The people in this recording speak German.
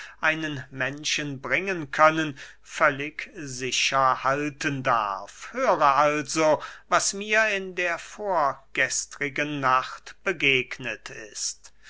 einen menschen bringen können völlig sicher halten darf höre also was mir in der vorgestrigen nacht begegnet ist